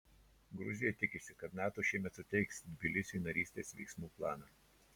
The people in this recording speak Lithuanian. gruzija tikisi kad nato šiemet suteiks tbilisiui narystės veiksmų planą